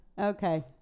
okay